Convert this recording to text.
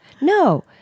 no